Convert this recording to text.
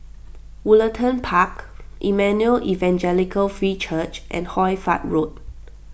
Woollerton Park Emmanuel Evangelical Free Church and Hoy Fatt Road